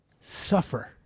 suffer